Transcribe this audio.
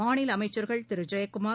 மாநில அமைச்சர்கள் திரு ஜெயக்குமார்